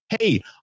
Hey